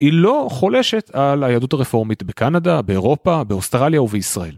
היא לא חולשת על היהדות הרפורמית בקנדה, באירופה, באוסטרליה ובישראל.